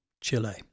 Chile